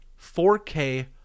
4K